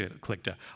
collector